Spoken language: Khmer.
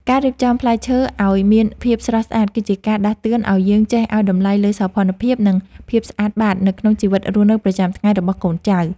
ការរៀបចំផ្លែឈើឱ្យមានភាពស្រស់ស្អាតគឺជាការដាស់តឿនឱ្យយើងចេះឱ្យតម្លៃលើសោភ័ណភាព និង ភាពស្អាតបាតនៅក្នុងជីវិតរស់នៅប្រចាំថ្ងៃរបស់កូនចៅ។